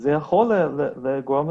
יכולים לגרום לתחלואה.